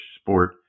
sport